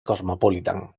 cosmopolitan